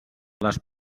les